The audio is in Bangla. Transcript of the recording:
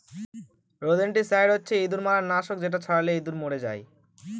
রোদেনটিসাইড হচ্ছে ইঁদুর মারার নাশক যেটা ছড়ালে ইঁদুর মরে যায়